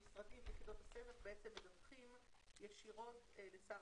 המשרדים ויחידות הסמך מדווחים ישירות לשר